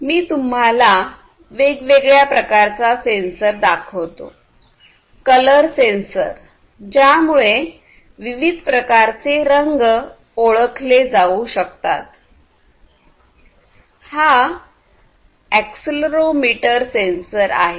मी तुम्हाला वेगळ्या प्रकारचा सेन्सर दाखवतो कलर सेन्सर ज्यामुळे विविध प्रकारचे रंग ओळखले जाऊ शकतात हा अॅक्सिलरोमीटर सेन्सर आहे